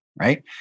right